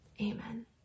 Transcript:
Amen